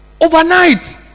overnight